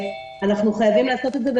אנחנו חייבים לעשות את זה.